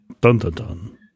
Dun-dun-dun